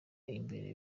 imbere